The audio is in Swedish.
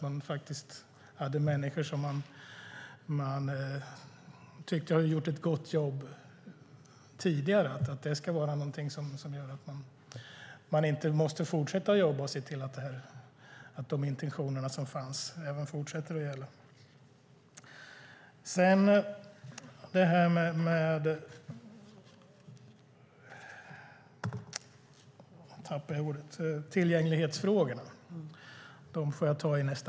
Men att människor har gjort ett gott jobb tidigare gör ju inte att man kan luta sig tillbaka, utan man måste fortsätta att jobba och se till att de intentioner som fanns även fortsätter att gälla.